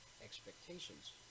expectations